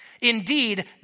Indeed